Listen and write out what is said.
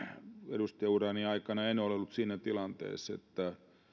edustajaurani aikana en ole ollut siinä tilanteessa että